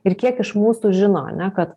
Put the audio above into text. ir kiek iš mūsų žinome kad